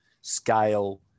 scale